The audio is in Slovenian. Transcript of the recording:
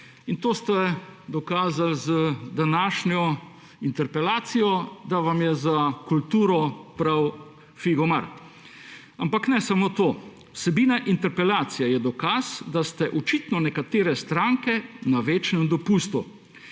To ste dokazali z današnjo interpelacijo – da vam je za kulturo prav figo mar. Ampak ne samo to, vsebina interpelacije je dokaz, da ste očitno nekatere stranke na večnem dopustu,